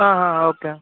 ಹಾಂ ಹಾಂ ಹಾಂ ಓಕೆ